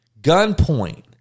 Gunpoint